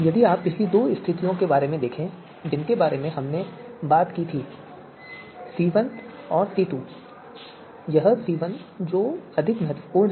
यदि आप पिछली दो स्थितियों को देखें जिनके बारे में हमने बात की थी C1 और C2 यह C1 है जो अधिक महत्वपूर्ण है